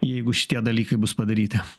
jeigu šitie dalykai bus padaryti